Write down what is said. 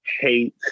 hate